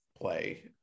play